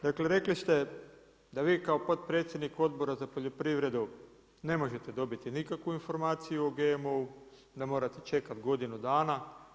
Dakle, rekli ste da vi kao potpredsjednik Odbora za poljoprivredu ne možete dobiti nikakvu informaciju o GMO-u, da morate čekati godinu dana.